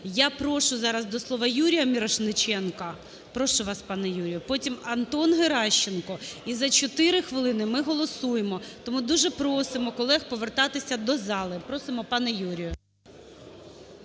Я прошу зараз до слова Юрія Мірошниченка. Прошу вас, пане Юрію. Потім Антон Геращенко. І за 4 хвилини ми голосуємо. Тому дуже просимо колег повертатися до зали. Просимо, пане Юрію.